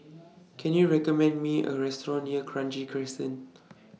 Can YOU recommend Me A Restaurant near Kranji Crescent